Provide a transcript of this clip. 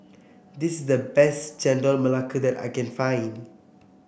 this the best Chendol Melaka that I can find